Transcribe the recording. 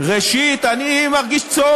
אתה לא חייב, ראשית, אני מרגיש צורך.